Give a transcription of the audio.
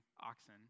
oxen